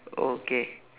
okay